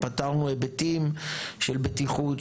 פתרנו היבטים של בטיחות,